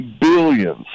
billions